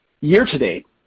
Year-to-date